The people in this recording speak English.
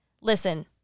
listen